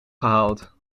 gehaald